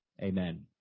amen